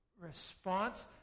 response